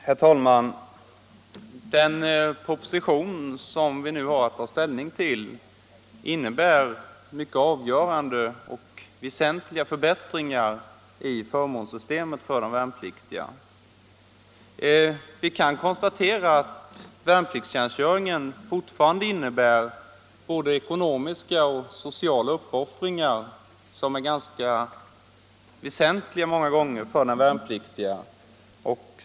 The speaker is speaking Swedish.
Herr talman! Den proposition vi nu har att ta ställning till innebär avgörande och väsentliga förbättringar i förmånssystemet för de värn — Nr 88 Pliktiga Torsdagen den Värnpliktstjänstgöringen innebär fortfarande både kännbara ekono 22 maj 1975 miska och sociala uppoffringar för de värnpliktiga.